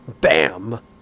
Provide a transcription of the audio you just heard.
bam